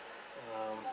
um